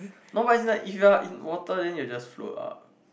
no but as in like if you are in water then you will just float up